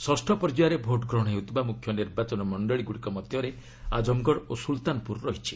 ଷଷ୍ଠ ପର୍ଯ୍ୟାୟରେ ଭୋଟ୍ ଗ୍ରହଣ ହେଉଥିବା ମୁଖ୍ୟ ନିର୍ବାଚନ ମଣ୍ଡଳୀଗୁଡ଼ିକ ମଧ୍ୟରେ ଆକ୍ରମଗଡ଼ ଓ ସୁଲତାନପୁର ରହିଛି